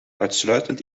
uitsluitend